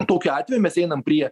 tokiu atveju mes einam prie